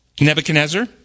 Nebuchadnezzar